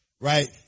Right